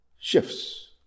shifts